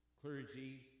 clergy